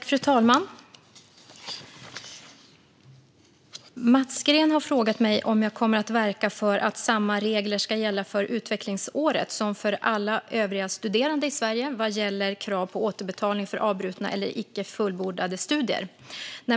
Fru talman! Mats Green har frågat mig om jag kommer att verka för att samma regler ska gälla för utvecklingsåret som för alla övriga studerande i Sverige vad gäller krav på återbetalning för avbrutna eller icke fullbordade studier.